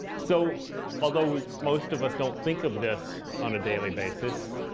so although most of us don't think of this on a daily basis,